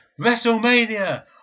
Wrestlemania